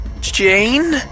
Jane